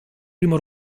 primo